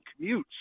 commutes